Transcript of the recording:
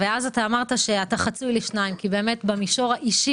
ואז אמרת שאתה חצוי לשניים כי במישור האישי